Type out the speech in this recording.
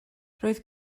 roedd